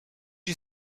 you